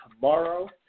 tomorrow